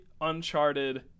Uncharted